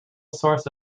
source